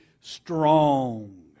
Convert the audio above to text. strong